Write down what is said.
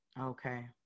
Okay